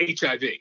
HIV